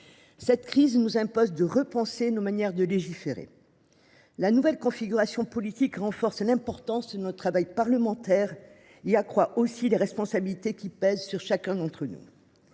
Cette crise nous impose de repenser nos manières de légiférer. La nouvelle configuration politique renforce l’importance du travail parlementaire et accroît aussi les responsabilités qui pèsent sur chacun d’entre nous.